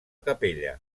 capella